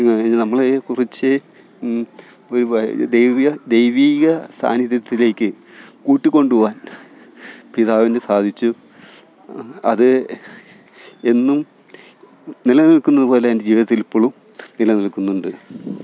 നമ്മളെ കുറിച്ച് ഒരു ദേവിക ദൈവീക സാന്നിധ്യത്തിലേക്കു കൂട്ടിക്കൊണ്ടു പോകാന് പിതാവിനു സാധിച്ചു അത് എന്നും നിലനില്ക്കുന്നതുപോലെ എന്റെ ജീവിതത്തില് ഇപ്പോഴും നിലനില്ക്കുന്നുണ്ട്